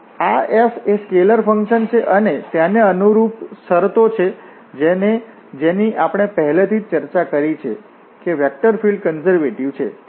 આ f એક scalar function છે અને તેને અનુરૂપ શરતો છે જેની આપણે પહેલાથી ચર્ચા કરી છે કે વેક્ટર ફીલ્ડ F કન્ઝર્વેટિવ છે